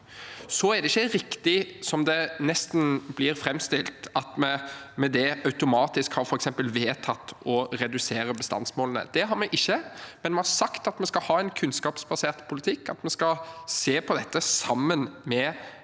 Så er det ikke riktig, som det nesten blir framstilt, at vi med det automatisk har vedtatt å redusere bestandsmålene. Det har vi ikke, men vi har sagt at vi skal ha en kunnskapsbasert politikk, at vi skal se på dette sammen med